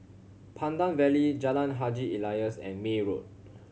Pandan Valley Jalan Haji Alias and May Road